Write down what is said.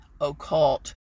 occult